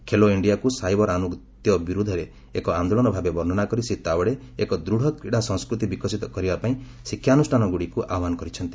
ଖେଲୋ ଇଣ୍ଡିଆକୁ ସାଇବର୍ ଆନୁଗତ୍ୟ ବିରୁଦ୍ଧରେ ଏକ ଆନ୍ଦୋଳନ ଭାବେ ବର୍ଣ୍ଣନା କରି ଶ୍ରୀ ତାଓ୍ୱଡେ ଏକ ଦୃଢ଼ କ୍ରୀଡ଼ା ସଂସ୍କୃତି ବିକଶିତ କରିବା ପାଇଁ ଶିକ୍ଷାନୁଷ୍ଠାନଗୁଡ଼ିକୁ ଆହ୍ୱାନ କରିଛିନ୍ତି